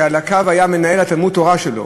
על הקו היה מנהל תלמוד-התורה שלו,